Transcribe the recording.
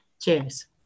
cheers